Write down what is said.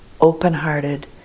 open-hearted